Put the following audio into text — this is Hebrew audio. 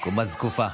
בקומה זקופה,